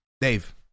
dave